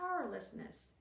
powerlessness